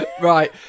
Right